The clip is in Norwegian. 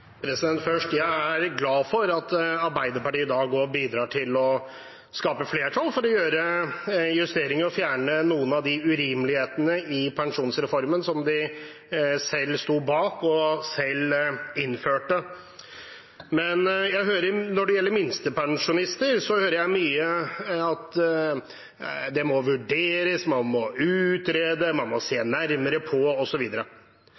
glad for at Arbeiderpartiet i dag bidrar til å skape flertall for å gjøre justeringer og fjerne noen av de urimelighetene i pensjonsreformen som de selv sto bak og selv innførte. Men når det gjelder minstepensjonister, hører jeg mye om at det må vurderes, man må utrede, man må se